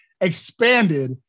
expanded